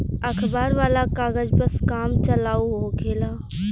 अखबार वाला कागज बस काम चलाऊ होखेला